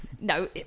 No